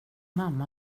mamma